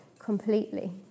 completely